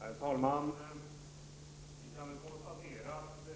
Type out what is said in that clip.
Herr talman! Vi kan konstatera att